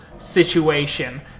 situation